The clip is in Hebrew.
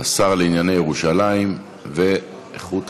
השר לענייני ירושלים והגנת